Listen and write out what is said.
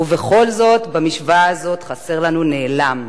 ובכל זאת, במשוואה הזאת חסר לנו נעלם,